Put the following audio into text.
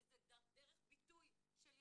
שזה דרך ביטוי של ילד.